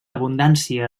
abundància